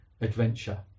adventure